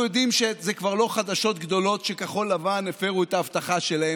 אנחנו יודעים שזה כבר לא חדשות גדולות שכחול לבן הפרו את ההבטחה שלהם.